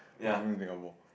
who's going to Singapore